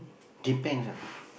K thanks ah